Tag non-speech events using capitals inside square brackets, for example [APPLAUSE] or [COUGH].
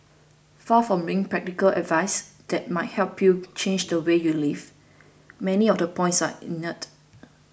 far from being practical advice that might help you change the way you live many of the points are [UNINTELLIGIBLE]